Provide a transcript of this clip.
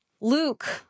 Luke